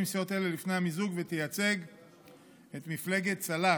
חברי כנסת אשר נמנו עם סיעות אלה לפני המיזוג ותייצג את מפלגת צל"ש,